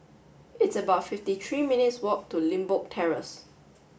it's about fifty three minutes' walk to Limbok Terrace